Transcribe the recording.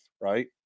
Right